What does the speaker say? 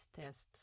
tests